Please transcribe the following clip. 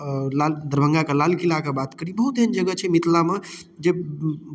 आओर लाल दरभंगाके लाल किलाके बात करी बहुत एहन जगह छै मिथिलामे जे